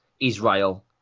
Israel